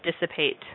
dissipate